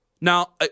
Now